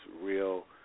real